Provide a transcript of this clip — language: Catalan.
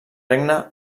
regne